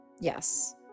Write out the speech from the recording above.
yes